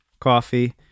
coffee